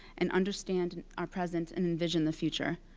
and understand our presence, and envision the future.